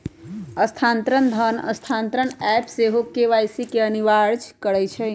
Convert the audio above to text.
online धन स्थानान्तरण app सेहो के.वाई.सी के अनिवार्ज करइ छै